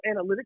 analytics